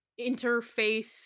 interfaith